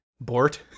Bort